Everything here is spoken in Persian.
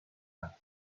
اند